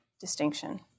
distinction